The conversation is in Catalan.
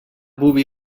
boví